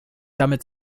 damit